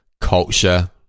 culture